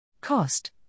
Cost